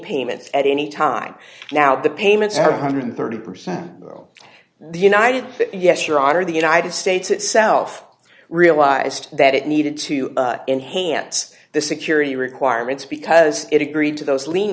payments at any time now the payments have one hundred and thirty percent the united yes your honor the united states itself realized that it needed to enhance the security requirements because it agreed to those lean